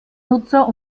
nutzer